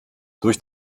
durch